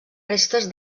restes